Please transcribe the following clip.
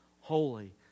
holy